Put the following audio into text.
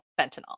fentanyl